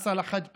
מס על החד-פעמי,